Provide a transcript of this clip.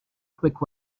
quick